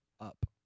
up